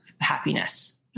happiness